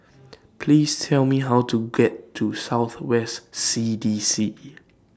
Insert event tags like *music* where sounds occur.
*noise* Please Tell Me How to get to South West C D C